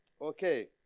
Okay